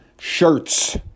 Shirts